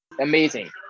amazing